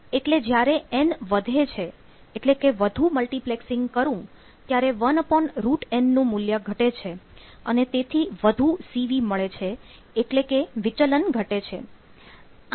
એટલે જ્યારે n વધે છે એટલે કે વધુ મલ્ટિપ્લેક્સિંગ કરું ત્યારે 1nનું મૂલ્ય ઘટે છે અને તેથી વધુ CV મળે છે એટલે કે વિચલન ઘટે છે